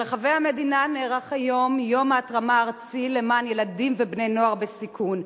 ברחבי המדינה נערך היום יום ההתרמה הארצי למען ילדים ובני-נוער בסיכון.